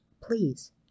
Please